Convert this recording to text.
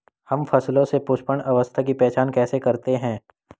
हम फसलों में पुष्पन अवस्था की पहचान कैसे करते हैं?